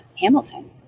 Hamilton